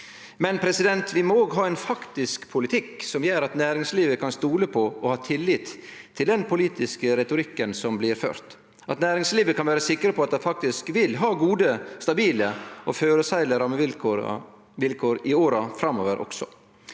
Men vi må òg ha ein faktisk politikk som gjer at næringslivet kan stole på og ha tillit til den politiske retorikken som blir ført, og at næringslivet kan vere sikre på at dei faktisk vil ha gode, stabile og føreseielege rammevilkår også i åra framover.